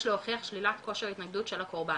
להוכיח שלילת כושר התנגדות של הקורבן,